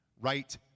right